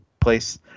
place